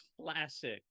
classic